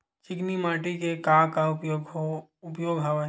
चिकनी माटी के का का उपयोग हवय?